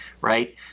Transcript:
right